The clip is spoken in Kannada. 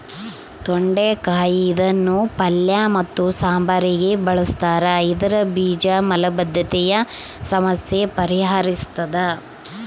ತೊಂಡೆಕಾಯಿ ಇದನ್ನು ಪಲ್ಯ ಮತ್ತು ಸಾಂಬಾರಿಗೆ ಬಳುಸ್ತಾರ ಇದರ ಬೀಜ ಮಲಬದ್ಧತೆಯ ಸಮಸ್ಯೆ ಪರಿಹರಿಸ್ತಾದ